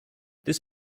this